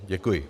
Děkuji.